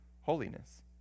holiness